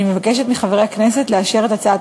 אני מבקשת מחברי הכנסת לאשר את הצעת